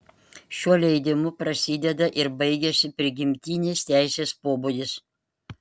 šiuo leidimu prasideda ir baigiasi prigimtinis teisės pobūdis